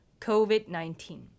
COVID-19